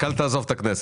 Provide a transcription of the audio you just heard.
רק אל תעזוב את הכנסת.